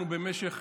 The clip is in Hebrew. אנחנו במשך